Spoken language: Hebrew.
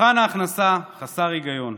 מבחן ההכנסה חסר היגיון.